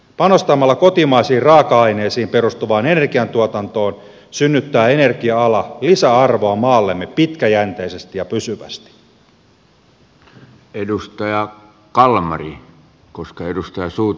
panostamalla kotimaisiin raaka aineisiin perustuvaan energiantuotantoon synnyttää energia ala lisäarvoa maallemme pitkäjänteisesti ja pysyvästi